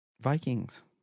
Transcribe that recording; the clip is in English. Vikings